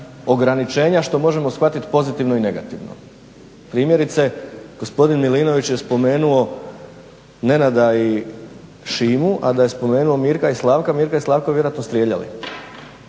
ograničenja što možemo shvatiti pozitivno i negativno. Primjerice gospodin Milinović je spomenuo Nenada i Šimu a da je spomenuo Mirka i Slavka, Mirka i Slavka bi vjerojatno strijeljali